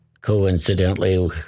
coincidentally